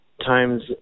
times